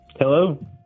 Hello